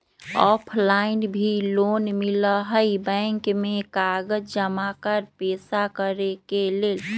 Offline भी loan मिलहई bank में कागज जमाकर पेशा करेके लेल?